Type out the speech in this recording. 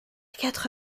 quatre